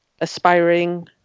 aspiring